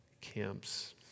camps